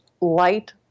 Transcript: Light